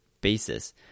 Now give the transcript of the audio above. basis